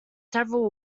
several